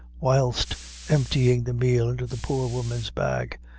whilst emptying the meal into the poor woman's bag.